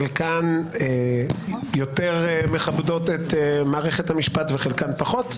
חלקן יותר מכבדות את מערכת המשפט וחלקן פחות.